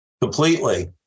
completely